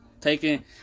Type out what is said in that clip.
taking